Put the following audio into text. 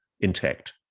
intact